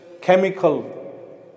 chemical